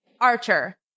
Archer